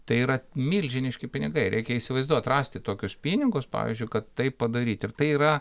tai yra milžiniški pinigai reikia įsivaizduot rasti tokius pinigus pavyzdžiui kad tai padaryt ir tai yra